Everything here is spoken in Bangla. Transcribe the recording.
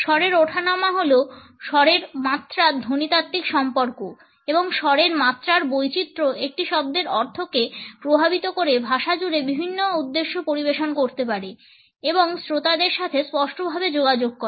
স্বরের ওঠানামা হল স্বরের মাত্রার ধ্বনিতাত্ত্বিক সম্পর্ক এবং স্বরের মাত্রার বৈচিত্র্য একটি শব্দের অর্থকে প্রভাবিত করে ভাষা জুড়ে বিভিন্ন উদ্দেশ্যে পরিবেশন করতে পারে এবং শ্রোতাদের সাথে স্পষ্টভাবে যোগাযোগ করে